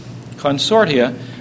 Consortia